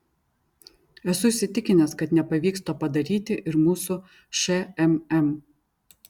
esu įsitikinęs kad nepavyks to padaryti ir mūsų šmm